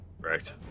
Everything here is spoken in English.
Right